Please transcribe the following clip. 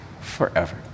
forever